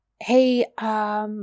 hey –